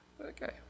Okay